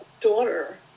daughter